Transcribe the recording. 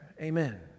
Amen